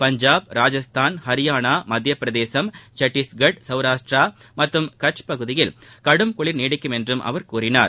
பஞ்சாப் ராஜஸ்தான் ஹரியானா மத்தியட்பிரதேசம் சத்தீஷ்கட் சௌராஷ்டிரா மற்றும் கச் பகுதியில் கடும் குளிா நீடிக்கும் என்றும் அவர் கூறினார்